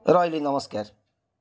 ରହିଲି ନମସ୍କାର